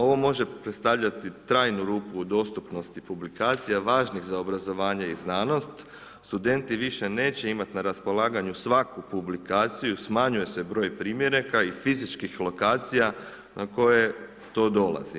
Ovo može predstavljati trajnu rupu u dostupnosti publikacija važnih za obrazovanje i znanost, studenti više neće imati na raspolaganju svaku publikaciju, smanjuje se broj primjeraka i fizičkih lokacija na koje to dolazi.